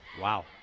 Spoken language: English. Wow